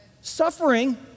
suffering